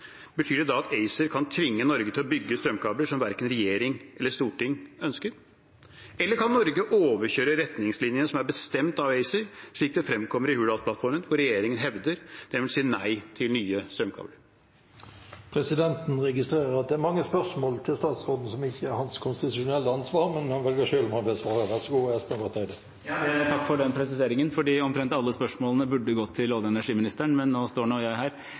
Betyr det da at ACER kan tvinge Norge til å bygge strømkabler som verken regjering eller storting ønsker? Eller kan Norge overkjøre retningslinjene som er bestemt av ACER, slik det fremkommer i Hurdalsplattformen, hvor regjeringen hevder den vil si nei til nye strømkabler? Presidenten registrerer at mange av spørsmålene som er stilt til statsråden, ikke gjelder hans konstitusjonelle ansvar, men han velger selv om han vil svare. Takk for den presiseringen, for omtrent alle spørsmålene burde gått til olje- og energiministeren, men nå står nå jeg her.